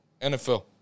NFL